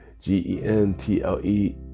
G-E-N-T-L-E